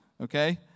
okay